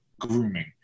Grooming